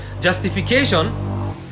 Justification